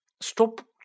Stop